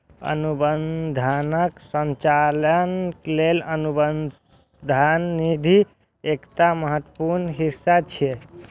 अनुसंधानक संचालन लेल अनुसंधान निधि एकटा महत्वपूर्ण हिस्सा छियै